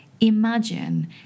Imagine